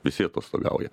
visi atostogauja